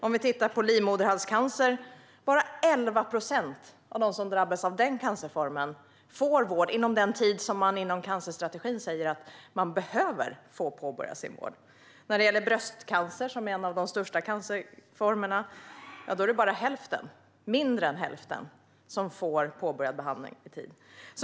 När det gäller livmoderhalscancer är det bara 11 procent av de drabbade som får vård inom den tid som man från cancerstrategin säger att det är nödvändigt att påbörja vård inom. När det gäller bröstcancer, som är en av de vanligaste cancerformerna, är det mindre än hälften som får påbörjad behandling i tid.